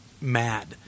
mad